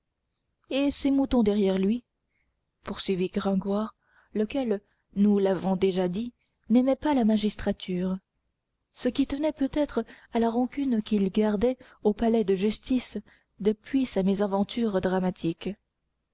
et ces moutons derrière lui poursuivit gringoire lequel nous l'avons déjà dit n'aimait pas la magistrature ce qui tenait peut-être à la rancune qu'il gardait au palais de justice depuis sa mésaventure dramatique